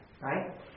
right